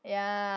ya